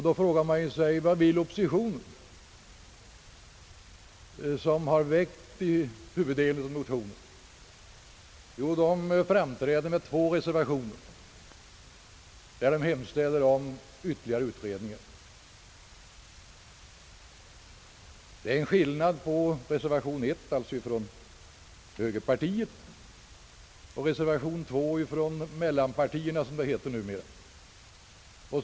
Då frågar man sig: Vad vill oppositionen, som har väckt huvuddelen av motionerna? Den framträder med två reservationer. I reservation nr 1 från högerpartiet hemställes om ytterligare utredning, vilket är skillnaden mellan denna reservation och reservation nr 2 från mellanpartierna, som det numera heter.